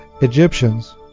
Egyptians